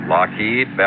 Lockheed